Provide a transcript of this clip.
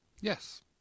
Yes